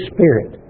Spirit